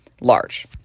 large